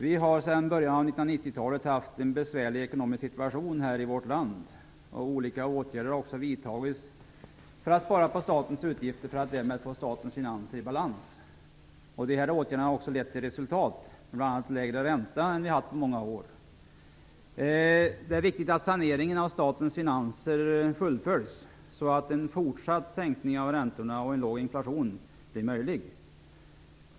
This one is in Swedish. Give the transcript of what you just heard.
Vi har sedan början av 1990-talet haft en besvärlig ekonomisk situation här i vårt land. Olika åtgärder har också vidtagits för att minska statens utgifter för att därmed få statens finanser i balans. Dessa åtgärder har också lett till resultat, bl.a. en lägre ränta än vad vi har haft på många år. Det är viktigt att saneringen av statens finanser fullföljs så att en fortsatt sänkning av räntorna och en låg inflation blir möjlig.